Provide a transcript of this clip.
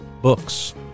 Books